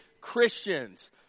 Christians